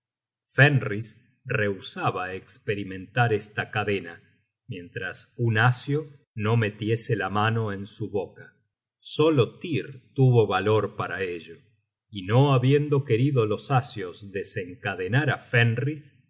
fenris rehusaba esperimentar esta cadena mientras un asio no metiese la mano en su boca solo tyr tuvo valor para ello y no habiendo querido los asios desencadenar